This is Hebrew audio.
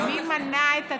מי מנע את התקציב?